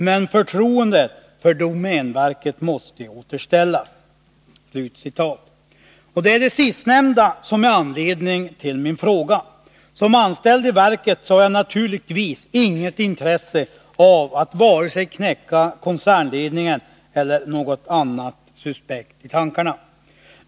Men förtroendet för Domänverket måste återställas.” Det är det sistnämnda som är anledningen till min fråga. Som anställd i verket har jag naturligtvis inget intresse av att vare sig knäcka koncernledningen eller att ha något annat suspekt i tankarna.